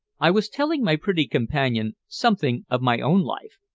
i was telling my pretty companion something of my own life,